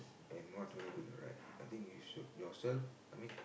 and what do I regret I think you should yourself I mean